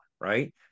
right